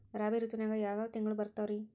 ರಾಬಿ ಋತುವಿನಾಗ ಯಾವ್ ಯಾವ್ ತಿಂಗಳು ಬರ್ತಾವ್ ರೇ?